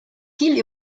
viel